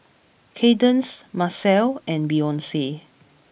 Kaydence Macel and Beyonce